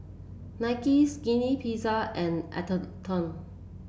Nike Skinny Pizza and Atherton